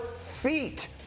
feet